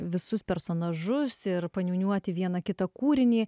visus personažus ir paniūniuoti vieną kitą kūrinį